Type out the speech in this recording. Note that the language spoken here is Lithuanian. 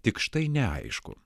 tik štai neaišku